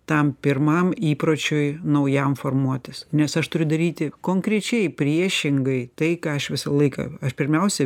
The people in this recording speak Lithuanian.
tam pirmam įpročiui naujam formuotis nes aš turiu daryti konkrečiai priešingai tai ką aš visą laiką aš pirmiausiai